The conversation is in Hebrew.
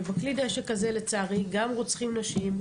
ועם כלי הנשק הזה לצערי גם רוצחים נשים,